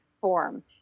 form